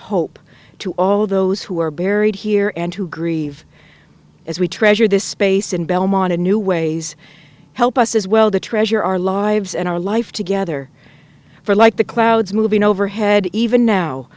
hope to all those who are buried here and who grieve as we treasure this space in belmont in new ways help us as well the treasure our lives and our life together for like the clouds moving overhead even now